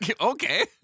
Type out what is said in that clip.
okay